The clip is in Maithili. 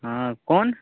हॅं कौन